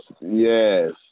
yes